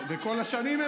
אז למה בכלל, מה השתנה?